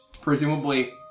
Presumably